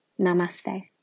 Namaste